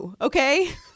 okay